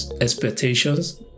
expectations